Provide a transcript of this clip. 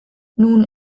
nun